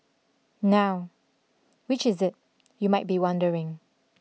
now which is it you might be wondering